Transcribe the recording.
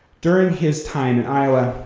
during his time in iowa,